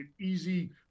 easy